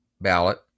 ballot